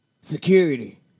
Security